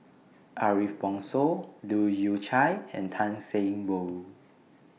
Ariff Bongso Leu Yew Chye and Tan Seng Poh